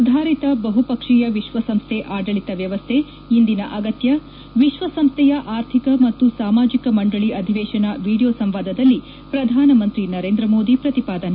ಸುಧಾರಿತ ಬಹುಪಕ್ಷೀಯ ವಿಶ್ವಸಂಸ್ಥೆ ಆಡಳಿತ ವ್ಯವಸ್ಥೆ ಇಂದಿನ ಅಗತ್ಯ ವಿಶ್ವಸಂಸ್ಥೆಯ ಆರ್ಥಿಕ ಮತ್ತು ಸಾಮಾಜಿಕ ಮಂಡಳಿ ಅಧಿವೇಶನದ ವೀಡಿಯೊ ಸಂವಾದದಲ್ಲಿ ಪ್ರಧಾನ ಮಂತ್ರಿ ನರೇಂದ್ರ ಮೋದಿ ಪ್ರತಿಪಾದನೆ